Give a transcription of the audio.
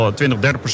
20-30%